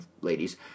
ladies